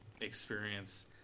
experience